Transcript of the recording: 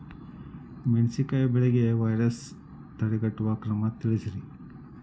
ಮೆಣಸಿನಕಾಯಿ ಬೆಳೆಗೆ ವೈರಸ್ ತಡೆಗಟ್ಟುವ ಕ್ರಮ ತಿಳಸ್ರಿ